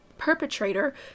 perpetrator